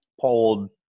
Pulled